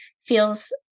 feels